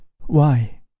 Why